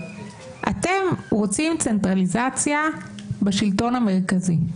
אתם רוצים צנטרליזציה בשלטון המרכזי.